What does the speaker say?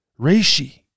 Reishi